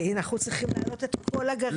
אנחנו צריכים להעלות את כל הגרעינים